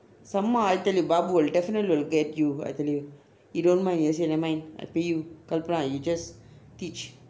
somehow I tell you babu will definitely will get you I tell you he don't mind he say nevermind I'll pay kalpana you just teach